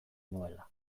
nuela